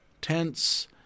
tents